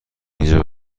اینجا